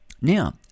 now